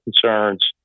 concerns